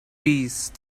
peace